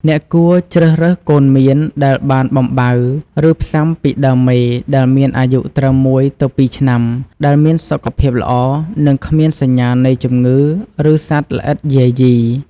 អ្នកគួរជ្រើសរើសកូនមៀនដែលបានបំបៅ ឬផ្សាំពីដើមមេដែលមានអាយុត្រឹម ១ ទៅ ២ ឆ្នាំ ដែលមានសុខភាពល្អ និងគ្មានសញ្ញានៃជំងឺ ឬសត្វល្អិតយាយី។